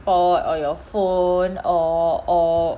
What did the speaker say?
~port or your phone or or